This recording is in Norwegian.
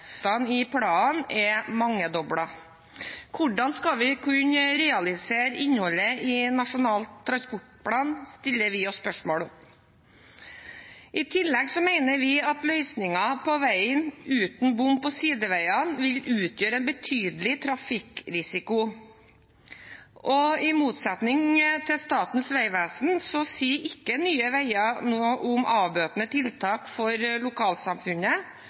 i planen er mangedoblet. Hvordan skal vi kunne realisere innholdet i Nasjonal transportplan, stiller vi oss spørsmål om. I tillegg mener vi at løsninger på veien uten bom på sideveiene vil utgjøre en betydelig trafikkrisiko. I motsetning til Statens vegvesen sier ikke Nye Veier noe om avbøtende tiltak for lokalsamfunnet,